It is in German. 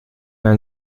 ein